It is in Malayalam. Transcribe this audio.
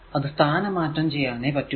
അത് സ്ഥാന മാറ്റം ചെയ്യാനേ പറ്റൂ